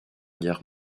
guerre